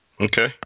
Okay